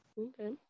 Okay